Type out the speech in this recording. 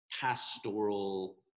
pastoral